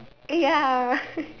eh ya